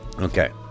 Okay